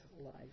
life